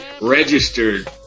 registered